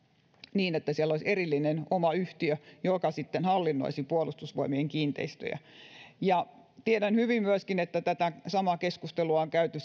niin että siellä olisi erillinen oma yhtiö joka sitten hallinnoisi puolustusvoimien kiinteistöjä ja tiedän hyvin että tätä samaa keskustelua on käyty